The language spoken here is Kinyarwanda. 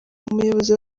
umuyobozi